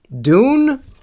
Dune